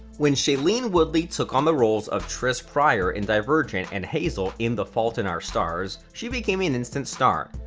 when shailene woodley took on the roles of tris prior in divergent and hazel in the fault in our stars, she became an instant star.